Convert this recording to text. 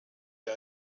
der